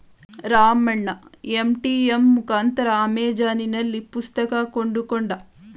Ramanna ATM ಮುಖಾಂತರ ಅಮೆಜಾನ್ನಲ್ಲಿ ಪುಸ್ತಕ ಕೊಂಡುಕೊಂಡ